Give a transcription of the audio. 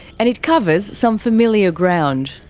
and it covers some familiar ground.